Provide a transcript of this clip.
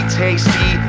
tasty